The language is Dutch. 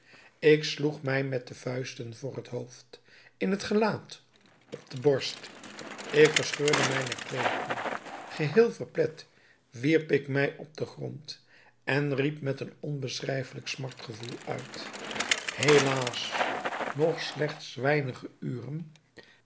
ik sloeg mij met de vuisten voor het hoofd in het gelaat op de borst ik verscheurde mijne kleederen geheel verplet wierp ik mij op den grond en riep met een onbeschrijfelijk smartgevoel uit helaas nog slechts weinige uren